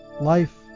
life